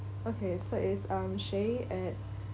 okay so it's um shae at